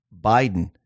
Biden